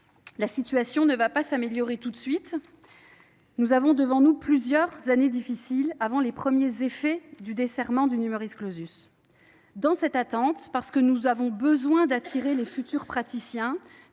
la situation ne va pas s’améliorer tout de suite. Nous avons devant nous plusieurs années difficiles avant les premiers effets du desserrement du. Dans cette attente, parce que nous avons besoin d’attirer les futurs praticiens